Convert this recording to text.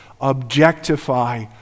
objectify